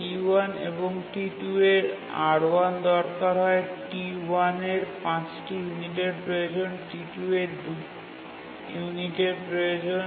T1 এবং T2 এর R1 দরকার হয় T1 এর ৫ টি ইউনিটের প্রয়োজন T2 এর ২ ইউনিটের প্রয়োজন